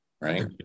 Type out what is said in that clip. right